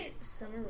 Summer